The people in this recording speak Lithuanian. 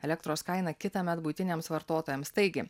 elektros kaina kitąmet buitiniams vartotojams taigi